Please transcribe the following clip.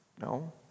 No